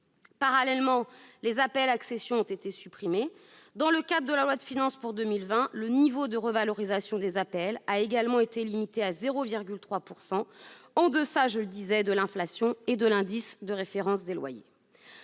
Parallèlement, l'APL accession a été supprimée. Dans le cadre de la loi de finances pour 2020, le niveau de revalorisation des APL a également été limité à 0,3 %, en deçà de l'inflation et de l'indice de référence des loyers